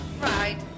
right